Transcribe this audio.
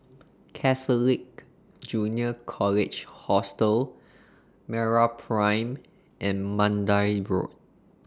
Catholic Junior College Hostel Meraprime and Mandai Road